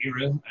era